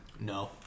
No